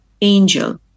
angel